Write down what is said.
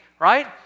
Right